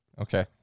Okay